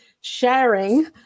sharing